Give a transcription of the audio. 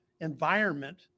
environment